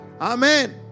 Amen